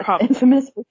infamous